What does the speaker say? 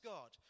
God